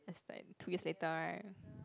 that's like two years later right